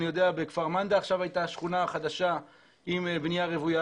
בכפר מנדע הייתה עכשיו שכונה חדשה עם בנייה רוויה